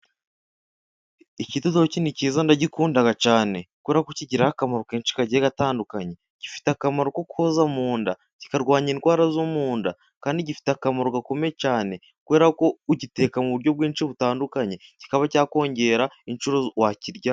Ikidodoki ni cyiza ndagikunda cyane, kubera ko kigira akamaro kenshi kagiye gatandukanye. Gifite akamaro ko koza mu nda, kikarwanya indwara zo mu nda, kandi gifite akamaro gakomeye cyane kubera ko ugiteka mu buryo bwinshi butandukanye, kikaba cyakongera inshuro wakiryamo.